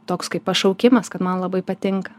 toks kaip pašaukimas kad man labai patinka